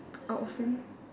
out of frame